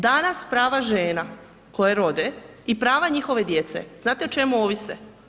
Dana prava žena koje rode i prava njihove djece, znate o čemu ovise?